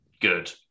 good